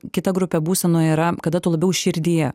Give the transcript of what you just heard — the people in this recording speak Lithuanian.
kita grupė būsenų yra kada tu labiau širdyje